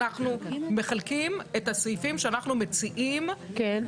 ואז אתה מאשים אותו באנטישמיות,